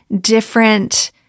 different